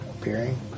appearing